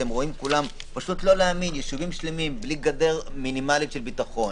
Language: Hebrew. אתם רואים ישובים שלמים בלי גדר מינימלית של ביטחון,